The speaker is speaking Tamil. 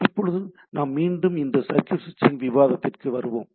இப்போது நாம் மீண்டும் இந்த சர்க்யூட் ஸ்விட்சிங் விவாதத்திற்கு வருவோம்